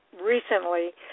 recently